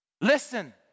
Listen